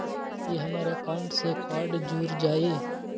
ई हमर अकाउंट से कार्ड जुर जाई?